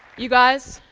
you guys,